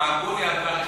והרגוני על דבר אשתי.